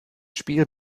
spiel